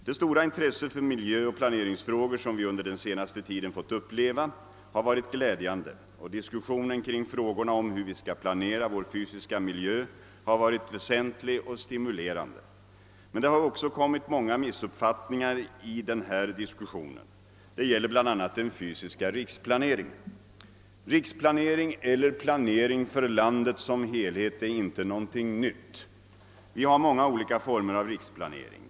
Det stora intresse för miljöoch planeringsfrågor, som vi under den senaste tiden fått uppleva, har varit glädjande, och diskussionen kring frågorna om hur vi skall planera vår fysiska miljö har varit väsentlig och stimulerande. Men det har också förekommit många missuppfattningar i den här diskussionen. Det gäller bl.a. den fysiska riksplaneringen. Riksplanering eller planering för landet som helhet är inte någonting nytt. Vi har många olika former av »riksplanering».